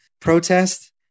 protest